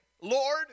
Lord